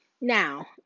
Now